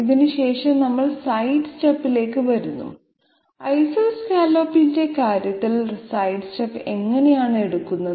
ഇതിനുശേഷം നമ്മൾ സൈഡ്സ്റ്റെപ്പിലേക്ക് വരുന്നു ഐസോസ്കലോപിന്റെ കാര്യത്തിൽ സൈഡ്സ്റ്റെപ്പ് എങ്ങനെയാണ് എടുക്കുന്നത്